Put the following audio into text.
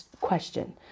question